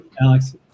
Alex